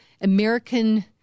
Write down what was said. American